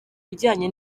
bijyanye